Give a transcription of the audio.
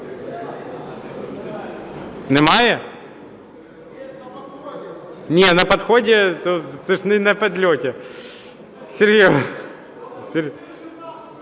Немає? Ні, на підході,